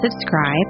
subscribe